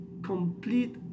complete